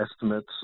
estimates